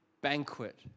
banquet